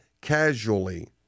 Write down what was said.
casually